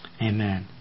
amen